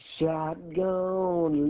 Shotgun